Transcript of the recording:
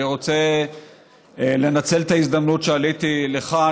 אני רוצה לנצל את ההזדמנות שעליתי לכאן,